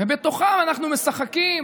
ובתוכם אנחנו משחקים